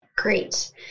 Great